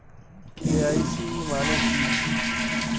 KYC মানে কি?